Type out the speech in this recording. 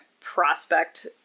prospect